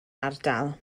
ardal